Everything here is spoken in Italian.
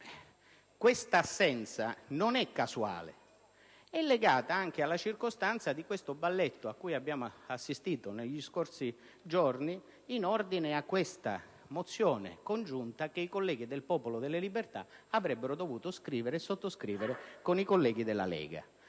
Questa assenza non è casuale. È legata anche alla circostanza di questo balletto cui abbiamo assistito negli scorsi giorni in ordine alla mozione congiunta che i colleghi del Popolo della Libertà avrebbero dovuto sottoscrivere con i colleghi della Lega.